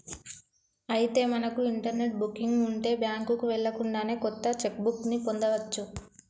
అయితే మనకు internet banking ఉంటే బ్యాంకుకు వెళ్ళకుండానే కొత్త చెక్ బుక్ ని పొందవచ్చు